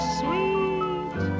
sweet